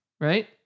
right